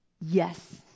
Yes